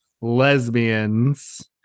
Lesbians